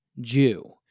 Jew